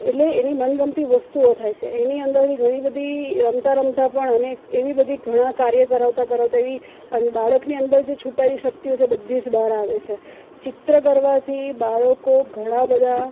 એટલે એની મનગમતી વસ્તુઓ થાય છે એની અંદરથી ઘણી બધી રમતા રમતા પણ અને એવી બધી ઘણા કાર્ય કરાવતા કરાવતા એવી અને બાળકની અંદર જે છુપાયેલી શક્તિઓ છે બધી જ બહાર આવે છે ચિત્ર દોરવાથી બાળકો ઘણા બધા